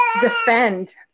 defend